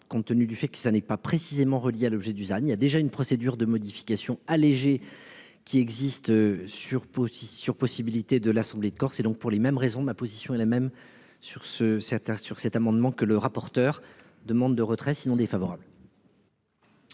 compte tenu du fait que ça n'est pas précisément relié à l'objet Dusan il y a déjà une procédure de modification allégé qui existe sur Pau aussi sur possibilité de l'Assemblée de Corse et donc pour les mêmes raisons. Ma position est la même sur ce certains sur cet amendement que le rapporteur demande de retrait sinon défavorable.